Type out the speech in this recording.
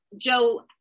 Joe